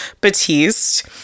Batiste